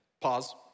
pause